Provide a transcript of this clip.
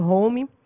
Home